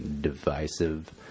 divisive